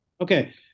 Okay